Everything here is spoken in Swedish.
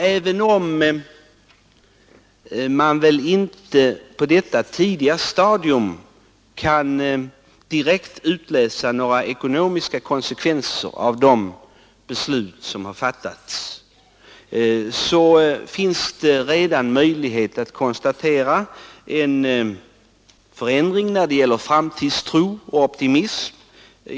Även om man inte på detta tidiga stadium direkt kan utläsa några ekonomiska konsekvenser av de beslut som fattats finns det redan möjlighet att konstatera en förändring när det gäller framtidstro och optimism.